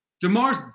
DeMar's